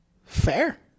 Fair